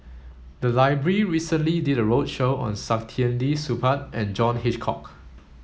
the library recently did a roadshow on Saktiandi Supaat and John Hitchcock